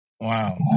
Wow